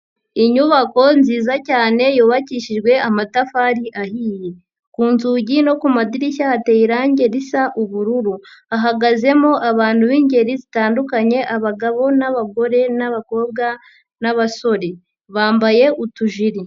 Inyubako nziza cyane yubakishijwe amatafari ahiye, ku nzugi no ku madirishya hateye irangi risa ubururu, hahagazemo abantu b'ingeri zitandukanye abagabo n'abagore n'abakobwa n'abasore bambaye utujiri.